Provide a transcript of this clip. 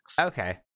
okay